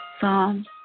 Psalms